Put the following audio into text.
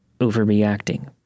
overreacting